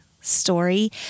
story